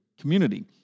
community